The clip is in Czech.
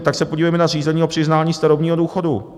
Tak se podívejme na řízení o přiznání starobního důchodu.